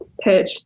pitch